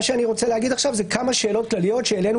אני רוצה להגיד כמה שאלות כלליות שהעלינו